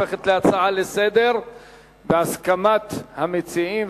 התיכון) הופכת להצעה לסדר-היום בהסכמת המציעים,